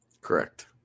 Correct